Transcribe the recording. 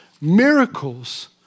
Miracles